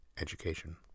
Education